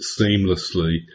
seamlessly